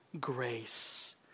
grace